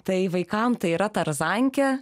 tai vaikam tai yra tarzankė